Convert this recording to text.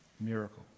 miracle